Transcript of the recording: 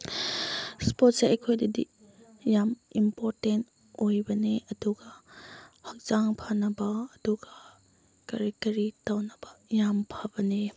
ꯏꯁꯄꯣꯔꯠꯁꯦ ꯑꯩꯈꯣꯏꯗꯗꯤ ꯌꯥꯝꯃ ꯏꯝꯄꯣꯔꯇꯦꯟ ꯑꯣꯏꯕꯅꯦ ꯑꯗꯨꯒ ꯍꯛꯆꯥꯡ ꯐꯅꯕ ꯑꯗꯨꯒ ꯀꯔꯤ ꯀꯔꯤ ꯇꯧꯅꯕ ꯌꯥꯝ ꯐꯕꯅꯦ